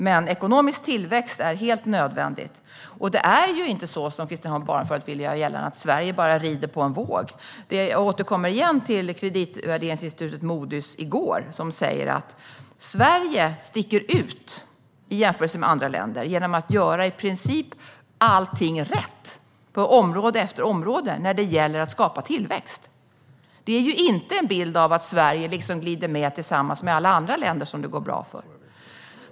Men ekonomisk tillväxt är helt nödvändigt. Det är ju inte så, som Christian Holm Barenfeld vill göra gällande, att Sverige bara rider på en våg. Jag återkommer igen till kreditvärderingsinstitutet Moodys, som i går sa att Sverige sticker ut i jämförelse med andra länder genom att göra i princip allting rätt, på område efter område, när det gäller att skapa tillväxt. Det ger inte en bild av att Sverige liksom glider med tillsammans med alla andra länder som det går bra för.